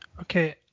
Okay